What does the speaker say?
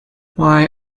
why